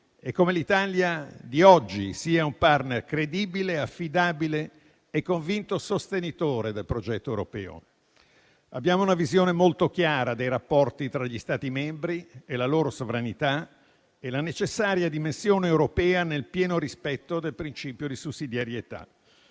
e come l'Italia di oggi sia un *partner* credibile, affidabile e convinto sostenitore del progetto europeo. Abbiamo una visione molto chiara dei rapporti tra gli Stati membri, la loro sovranità e la necessaria dimensione europea, nel pieno rispetto del principio di sussidiarietà.